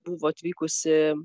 buvo atvykusi